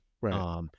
Right